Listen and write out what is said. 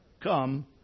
Come